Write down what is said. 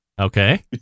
Okay